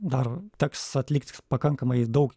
dar teks atlikt pakankamai daug